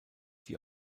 die